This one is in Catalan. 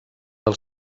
del